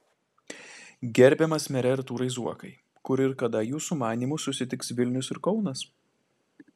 gerbiamas mere artūrai zuokai kur ir kada jūsų manymu susitiks vilnius ir kaunas